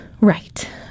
right